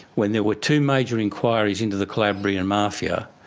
when there were two major inquiries into the calabrian mafia,